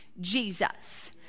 Jesus